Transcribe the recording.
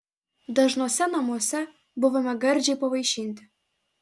dažnuose namuose buvome gardžiai pavaišinti